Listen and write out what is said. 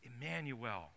Emmanuel